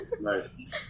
Nice